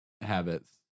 habits